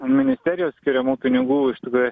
ministerijos skiriamų pinigų iš tikrųjų